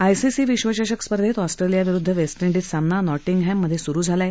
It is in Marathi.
आयसीसी विश्वचषक स्पर्धेत ऑस्ट्रेलिया विरुद्ध वेस्ट इंडिज सामना नॉटिंगहममधे सरु झाला आहे